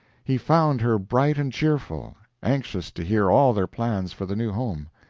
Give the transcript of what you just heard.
he found her bright and cheerful, anxious to hear all their plans for the new home.